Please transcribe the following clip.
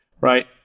right